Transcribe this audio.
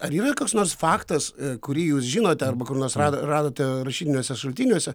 ar yra koks nors faktas kurį jūs žinote arba kur nors radote rašytiniuose šaltiniuose